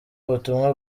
ubutumwa